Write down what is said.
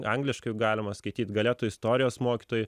angliškai galima skaityt galėtų istorijos mokytojai